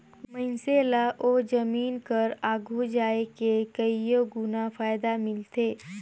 मइनसे ल ओ जमीन कर आघु जाए के कइयो गुना फएदा मिलथे